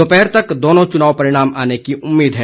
दोपहर तक दोनों चुनाव परिणाम आने की उम्मीद है